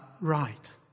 right